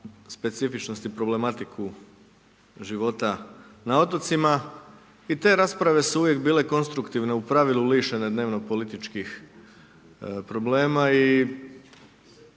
specifičnosti i problematiku života na otocima i te rasprave su uvijek bile konstruktivne, u pravilu, lišene dnevno političkih problema i